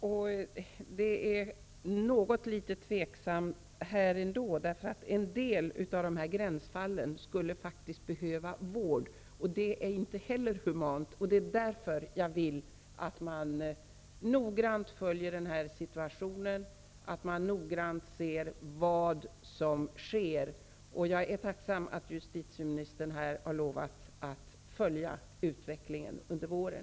Fru talman! Det är ändock litet tveksamt. En del av gränsfallen skulle faktiskt behöva vård. Det är inte heller humant att de inte får det. Därför vill jag att man noggrant följer upp detta och ser vad som sker. Jag är tacksam för att justitieministern har lovat följa utvecklingen under våren.